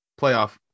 playoff